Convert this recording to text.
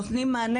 נותנים מענה,